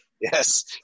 Yes